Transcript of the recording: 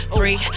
free